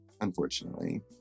unfortunately